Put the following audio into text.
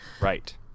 Right